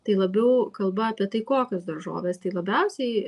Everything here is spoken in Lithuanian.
tai labiau kalba apie tai kokios daržovės tai labiausiai